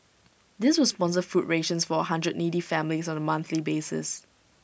this will sponsor food rations for A hundred needy families on A monthly basis